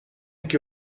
iki